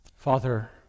Father